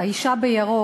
"האישה בירוק",